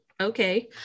okay